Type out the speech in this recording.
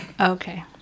Okay